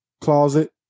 closet